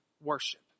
worship